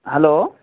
hello